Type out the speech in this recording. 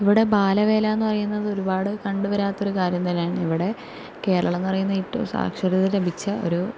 ഇവിടെ ബാലവേലയെന്നു പറയുന്നത് ഒരുപാടു കണ്ടു വരാത്ത ഒരു കാര്യം തന്നെയാണ് ഇവിടെ കേരളമെന്നു പറയുന്നത് ഏറ്റവും സാക്ഷരത ലഭിച്ച ഒരു